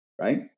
right